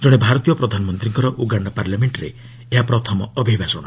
ଜଣେ ଭାରତୀୟ ପ୍ରଧାନମନ୍ତ୍ରୀଙ୍କର ଉଗାଣ୍ଡା ପାର୍ଲାମେଣ୍ଟରେ ଏହା ପ୍ରଥମ ଅଭିଭାଷଣ